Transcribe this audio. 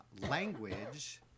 language